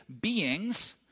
beings